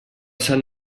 sant